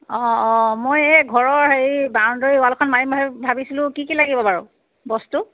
অঁ অঁ মই এই ঘৰৰ হেৰি বাউণ্ডেৰী ৱালখন মাৰিম ভাবিছোঁ কি কি লাগিব বাৰু বস্তু